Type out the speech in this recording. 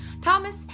Thomas